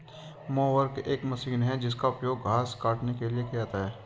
mower एक मशीन है जिसका उपयोग घास काटने के लिए किया जाता है